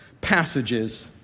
passages